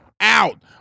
out